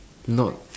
not